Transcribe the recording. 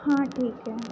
हां ठीक आहे